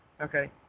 okay